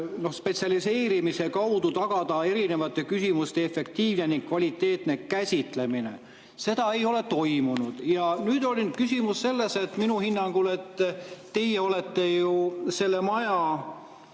spetsialiseerimise kaudu tagada erinevate küsimuste efektiivne ning kvaliteetne käsitlemine. Seda ei toimunud. Ja nüüd on küsimus selles. Minu hinnangul teie olete ju selle maja